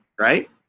Right